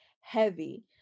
heavy